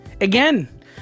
again